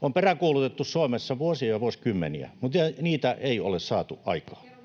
on peräänkuulutettu Suomessa vuosia ja vuosikymmeniä, mutta niitä ei ole saatu aikaan.